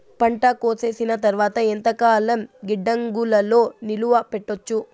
పంట కోసేసిన తర్వాత ఎంతకాలం గిడ్డంగులలో నిలువ పెట్టొచ్చు?